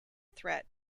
threat